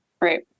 Right